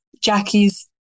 Jackie's